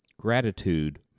Gratitude